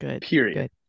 period